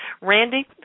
Randy